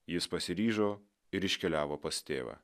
jis pasiryžo ir iškeliavo pas tėvą